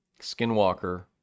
Skinwalker